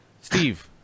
Steve